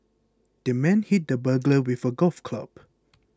the man hit the burglar with a golf club